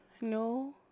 no